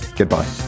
Goodbye